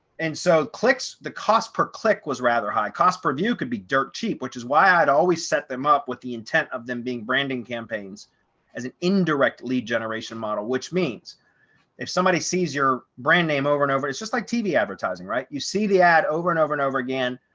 and so clicks, the cost per click was rather high cost per view could be dirt cheap, which is why i'd always set them up with the intent of them being branding campaigns as an indirect lead generation model, which means if somebody sees your brand name over and over, it's just like tv advertising, right? you see the ad over and over and over again,